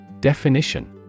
Definition